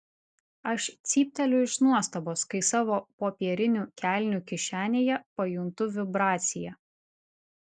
aš cypteliu iš nuostabos kai savo popierinių kelnių kišenėje pajuntu vibraciją